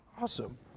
Awesome